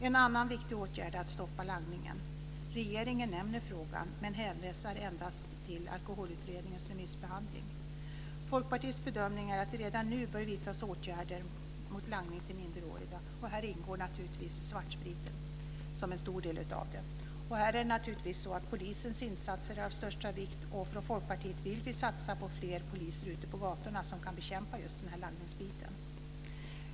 En annan viktig åtgärd är att stoppa langningen. Regeringen nämner frågan men hänvisar endast till Alkoholutredningens remissbehandling. Folkpartiets bedömning är att det redan nu bör vidtas åtgärder mot langning till minderåriga, och här ingår naturligtvis svartspriten som en stor del. Här är naturligtvis polisens insatser av största vikt. Från Folkpartiet vill vi satsa på fler poliser ute på gatorna som kan bekämpa just den här langningsbiten.